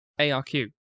ARQ